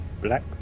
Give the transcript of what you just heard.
black